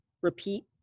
repeat